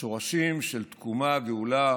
מהשורשים של תקומה, גאולה